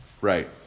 right